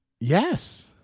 Yes